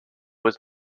was